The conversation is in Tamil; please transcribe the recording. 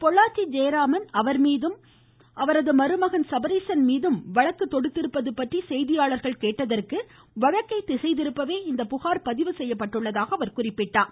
பொள்ளாச்சி ஜெயராமன் அவர் மீதும் தமது மருமகன் சபரீஸன் மீதும் வழக்கு தொடுத்திருப்பது பற்றி செய்தியாளர்கள் கேட்டதற்கு வழக்கை திசை திருப்பவே இப்புகார் பதிவு செய்யப்பட்டுள்ளதாக குறிப்பிட்டார்